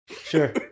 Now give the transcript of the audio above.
Sure